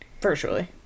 Virtually